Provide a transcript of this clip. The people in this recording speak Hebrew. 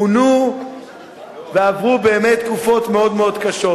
עונו ועברו באמת תקופות מאוד מאוד קשות.